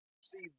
see